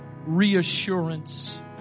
reassurance